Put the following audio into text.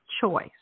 choice